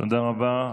תודה רבה.